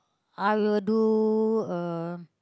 I will do uh